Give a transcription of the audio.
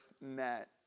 met